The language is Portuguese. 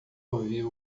ouvir